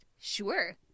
Sure